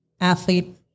athlete